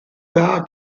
dda